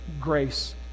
Grace